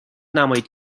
نمایید